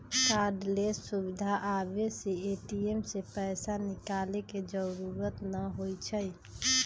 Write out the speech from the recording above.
cardless सुविधा आबे से ए.टी.एम से पैसा निकाले के जरूरत न होई छई